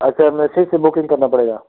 अच्छा मैसेज से बुकिंग करना पड़ेगा